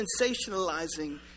sensationalizing